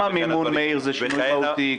גם המימון זה שינוי מהותי,